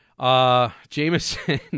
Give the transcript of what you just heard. Jameson